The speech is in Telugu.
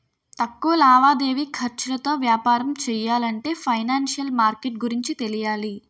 తక్కువ లావాదేవీ ఖర్చులతో వ్యాపారం చెయ్యాలంటే ఫైనాన్సిషియల్ మార్కెట్ గురించి తెలియాలి